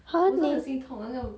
!huh! 你